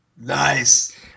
Nice